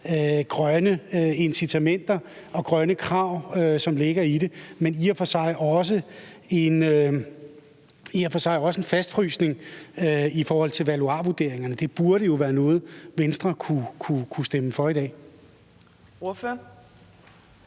grønne incitamenter og grønne krav, som ligger i det, men i og for sig også en fastfrysning i forhold til valuarvurderingerne. Det burde jo være noget, Venstre kunne stemme for i dag.